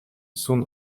soon